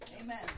amen